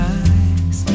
eyes